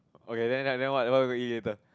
okay then then what then what we gonna eat later